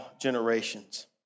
generations